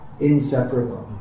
Inseparable